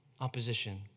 opposition